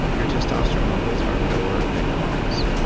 your testosterone levels are lower than your mom's.